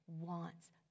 wants